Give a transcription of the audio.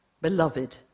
beloved